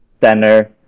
center